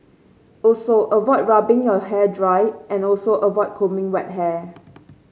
also avoid rubbing your hair dry and also avoid combing wet hair